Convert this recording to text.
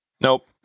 Nope